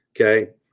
Okay